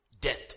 death